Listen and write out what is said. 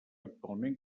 actualment